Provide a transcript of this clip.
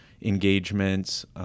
engagements